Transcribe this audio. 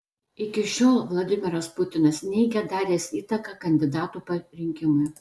iki šiol vladimiras putinas neigia daręs įtaką kandidatų parinkimui